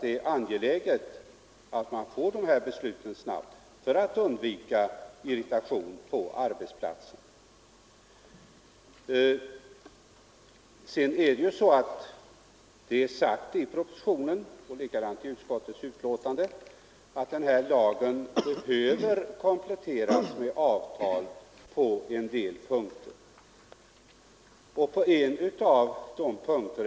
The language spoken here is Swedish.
Det är angeläget att få besluten snabbt för att undvika irritation på arbetsplatserna. I propositionen och likaså i utskottets betänkande sägs att lagen behöver kompletteras med avtal på en del punkter.